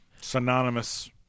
Synonymous